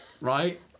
Right